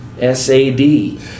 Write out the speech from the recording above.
S-A-D